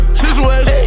situation